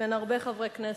בין הרבה חברי כנסת,